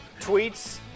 tweets